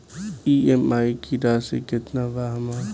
EMI की राशि केतना बा हमर?